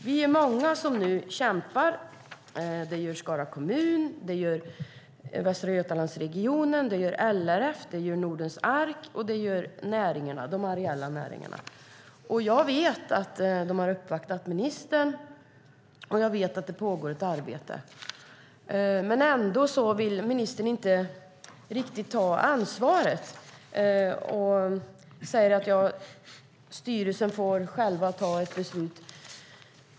Det är många som kämpar: Skara kommun, Västra Götalandsregionen, LRF, Nordens Ark och de areella näringarna. Jag vet att de har uppvaktat ministern, och jag vet att det pågår ett arbete. Ministern vill ändå inte riktigt ta ansvaret och säger att styrelsen själv får ta ett beslut.